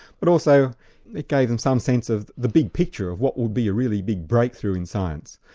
but also it gave them some sense of the big picture of what would be a really big breakthrough in science.